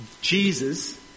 Jesus